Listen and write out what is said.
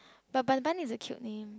but Bun Bun is a cute name